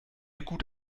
gut